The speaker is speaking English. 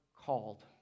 called